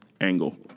angle